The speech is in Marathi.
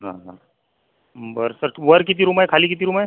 हा हा बरं सर वर किती रूम आहे खाली किती रूम आहे